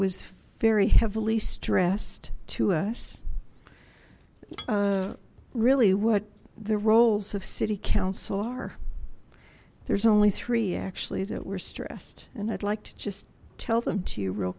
was very heavily stressed to us really what the roles of city council are there's only three actually that we're stressed and i'd like to just tell them to you real